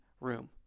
Room